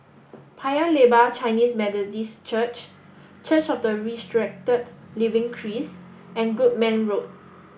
Paya Lebar Chinese Methodist Church Church of the Resurrected Living Christ and Goodman Road